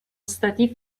stati